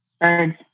Birds